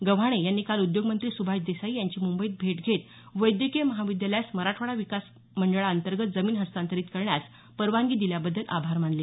गव्हाणे यांनी काल उद्योगमंत्री सुभाष देसाई यांची मुंबईत भेट घेत वैद्यकीय महाविद्यालयास मराठवाडा विकास मंडळा अंतर्गत जमीन हस्तांतरित करण्यास परवानगी दिल्याबद्दल आभार मानले